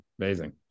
Amazing